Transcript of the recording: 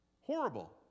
Horrible